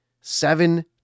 Seven